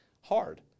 hard